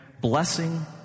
blessing